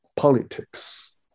Politics